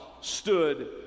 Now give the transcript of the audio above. stood